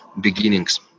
beginnings